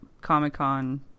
comic-con